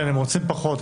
כן, והם רוצים פחות.